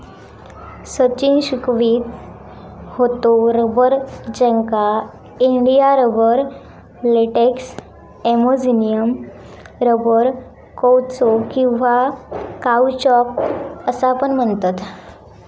सचिन शिकवीत होतो रबर, ज्याका India rubber, latex, Amazonian rubber, कौचो किंवा काउचॉक असा पण म्हणतत